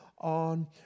On